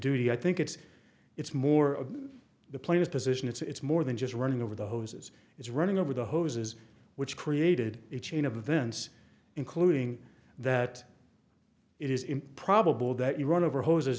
duty i think it's it's more the players position it's more than just running over the hoses it's running over the hoses which created a chain of events including that it is improbable that you run over hoses